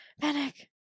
panic